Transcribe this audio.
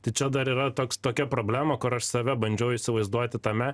tai čia dar yra toks tokia problema kur aš save bandžiau įsivaizduoti tame